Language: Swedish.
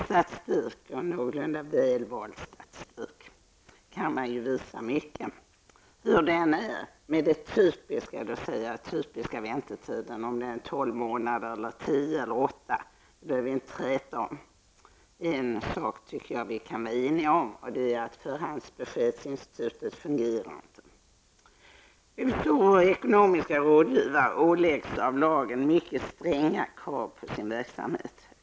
Med väl vald statistik kan man ju visa mycket. Hur det än är med de typiska väntetiderna -- om det är 12 månader, 10 eller 8 -- behöver vi inte träta om. En sak tycker vi att vi kan vara eniga om, och det är att förhandsbeskedsinstitutet inte fungerar. Ekonomiska rådgivare åläggs av lagen mycket stränga krav på sin verksamhet.